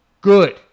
Good